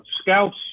Scouts